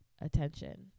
attention